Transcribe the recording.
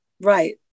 right